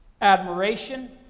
admiration